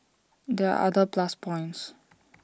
there are other plus points